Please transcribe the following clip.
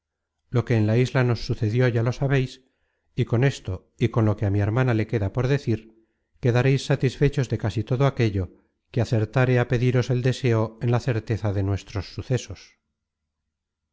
lo que en la isla nos sucedió ya lo sabeis y con esto y con lo que á mi hermana le queda por decir quedareis satisfechos de casi todo aquello que acertáre á pediros el deseo en la certeza de nuestros sucesos